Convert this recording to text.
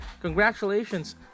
congratulations